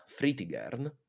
Fritigern